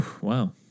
Wow